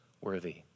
worthy